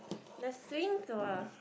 the swings were